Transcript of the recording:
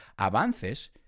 avances